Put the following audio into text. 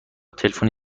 تلفنی